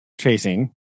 chasing